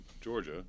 Georgia